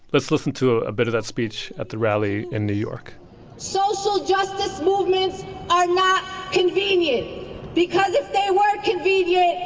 let's listen to a bit of that speech at the rally in new york social justice movements are not convenient because if they were convenient,